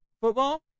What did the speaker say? football